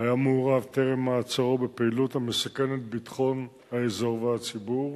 והיה מעורב טרם מעצרו בפעילות המסכנת את ביטחון האזור והציבור.